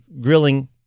grilling